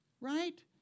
right